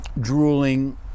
drooling